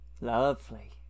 Lovely